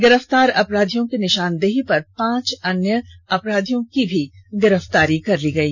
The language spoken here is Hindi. गिरफ्तार अपराधियों की निशानदेही पर पांच अन्य अपराधियो की भी गिरफ्तारी हुई